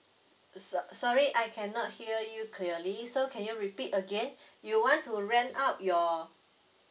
so~ sorry I cannot hear you clearly so can you repeat again you want to rent out your